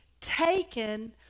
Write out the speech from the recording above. taken